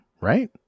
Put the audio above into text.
right